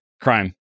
crime